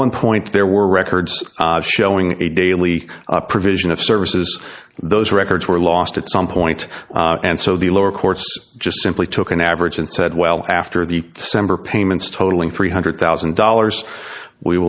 one point there were records showing a daily provision of services those records were lost at some point and so the lower courts just simply took an average and said well after the december payments totaling three hundred thousand dollars we